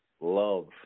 love